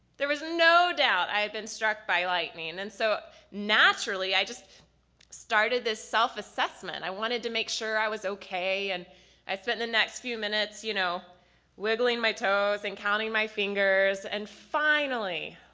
there was no doubt i had been struck by lightning and and so naturally, i just started this self-assessment. i wanted to make sure i was okay. and i spent the next few minutes you know wiggling my toes and counting counting my fingers and finally,